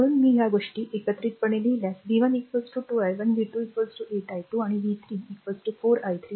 म्हणून मी या गोष्टी एकत्रितपणे लिहिल्यास v 1 2 i1 v 2 8 i2 आणि v 3 4 i3